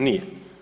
Nije.